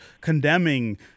condemning